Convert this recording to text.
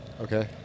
Okay